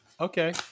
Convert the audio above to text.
Okay